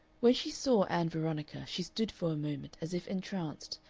when she saw ann veronica she stood for a moment as if entranced,